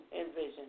envision